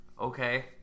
okay